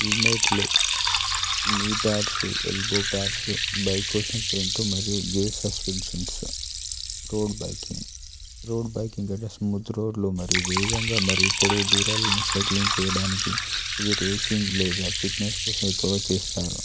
హెల్మెట్లు knee pads elbow pads bike కోసం front మరియు gear suspensions road biking road biking అంటే smooth రోడ్లు మరియు వేగంగా మరి యు పొడుగు దూరాలను సైక్లింగ్ చెయ్యడానికి ఇది రేసింగ్ లేదా ఫిట్నెస్ కోసం ఎక్కువ చేస్తారు